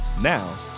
Now